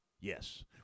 Yes